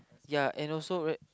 ya and also right